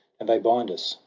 and they bind us,